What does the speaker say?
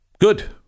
Good